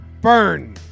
Burn